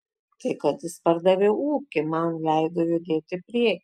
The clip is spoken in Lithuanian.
tai kad jis pardavė ūkį man leido judėti į priekį